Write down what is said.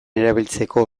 erabiltzeko